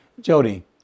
Jody